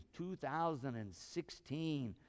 2016